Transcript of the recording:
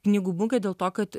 knygų mugė dėl to kad